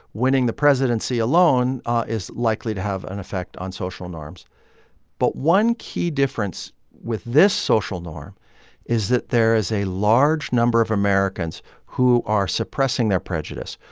winning the presidency alone is likely to have an effect on social norms but one key difference with this social norm is that there is a large number of americans who are suppressing their prejudice,